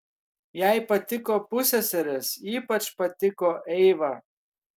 jai patiko pusseserės ypač patiko eiva